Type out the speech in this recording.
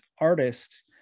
artist